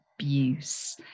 abuse